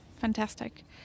fantastic